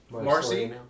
Marcy